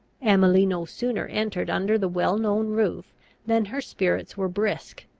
emily no sooner entered under the well known roof than her spirits were brisk,